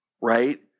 right